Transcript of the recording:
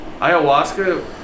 Ayahuasca